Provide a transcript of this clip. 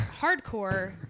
hardcore